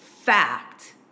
fact